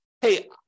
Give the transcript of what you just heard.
hey